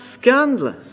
scandalous